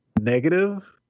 negative